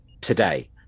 today